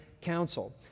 counsel